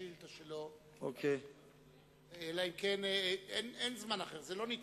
השאילתא שלו אלא אם כן, אין זמן אחר, זה לא נדחה.